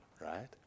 right